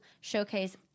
showcase